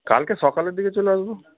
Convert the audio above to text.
কালকে সকালের দিকে চলে আসবো